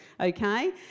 Okay